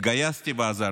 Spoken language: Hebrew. התגייסתי ועזרתי,